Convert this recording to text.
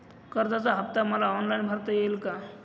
कर्जाचा हफ्ता मला ऑनलाईन भरता येईल का?